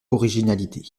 originalité